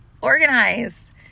organized